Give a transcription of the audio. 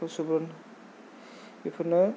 सुबुरुन बेफोरनो